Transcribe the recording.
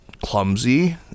clumsy